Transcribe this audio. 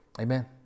Amen